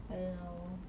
I don't know